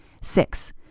Six